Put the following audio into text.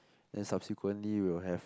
then subsequently we will have